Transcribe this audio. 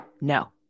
No